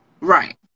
right